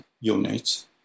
units